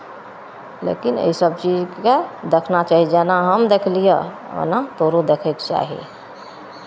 लेकिन एहिसभ चीजकेँ देखना चाही जेना हम देखलिअह ओना तोरो देखयके चाही